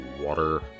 water